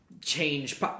change